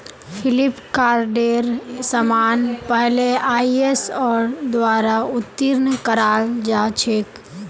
फ्लिपकार्टेर समान पहले आईएसओर द्वारा उत्तीर्ण कराल जा छेक